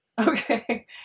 Okay